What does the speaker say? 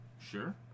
Sure